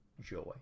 joy